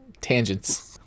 Tangents